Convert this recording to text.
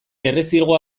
errezilgo